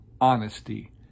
honesty